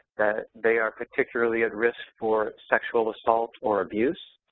they are particularly at risk for sexual assault or abuse.